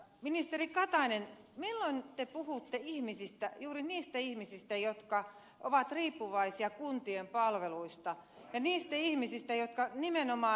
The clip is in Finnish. ministeri katainen milloin te puhutte ihmisistä juuri niistä ihmisistä jotka ovat riippuvaisia kuntien palveluista ja niistä ihmisistä jotka nimenomaan